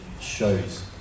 shows